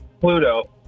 Pluto